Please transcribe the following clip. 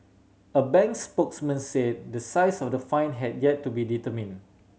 a bank spokesman say the size of the fine had yet to be determine